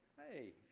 hey.